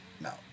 No